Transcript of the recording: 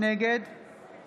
נגד